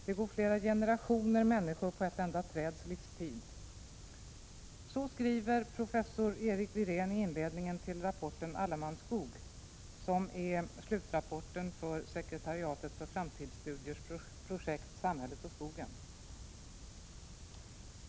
Det går flera generationer människor på ett enda träds livstid.” Så skriver professor Erik Wirén i inledningen till rapporten Allemans skog, som är slutrapporten för sekretariatet för framtidsstudiers projekt Samhället och skogen.